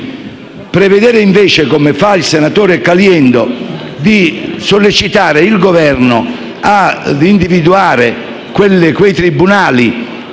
Prevedere, invece, come fa il senatore Caliendo, di sollecitare il Governo a individuare quei tribunali